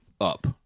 Up